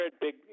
big